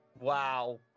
wow